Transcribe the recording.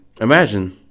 imagine